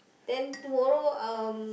then tomorrow um